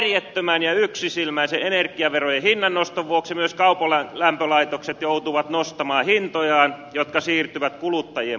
teidän järjettömän ja yksisilmäisen energiaverojen hinnannoston vuoksi myös kaukolämpölaitokset joutuvat nostamaan hintojaan jotka siirtyvät kuluttajien maksettaviksi